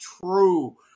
true